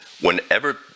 Whenever